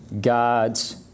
God's